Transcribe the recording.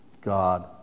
God